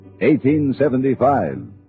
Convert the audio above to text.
1875